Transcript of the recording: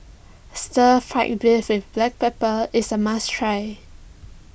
Stir Fry Beef with Black Pepper is a must try